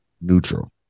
neutral